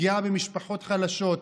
פגיעה במשפחות חלשות,